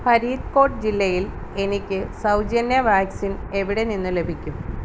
ഫരീദ്കോട്ട് ജില്ലയിൽ എനിക്ക് സൗജന്യ വാക്സിൻ എവിടെ നിന്ന് ലഭിക്കും